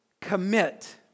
commit